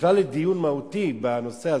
בכלל לדיון מהותי בנושא הזה,